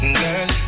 girl